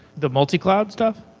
the multi-cloud stuff?